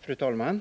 Fru talman!